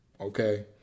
okay